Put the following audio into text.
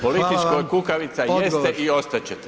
Politička kukavica jeste i ostati ćete.